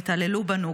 התעללו בנו,